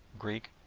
greek,